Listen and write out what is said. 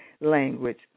language